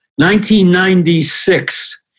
1996